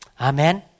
Amen